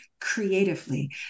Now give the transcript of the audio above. creatively